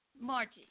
Margie